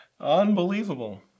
Unbelievable